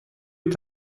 est